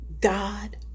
god